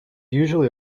usually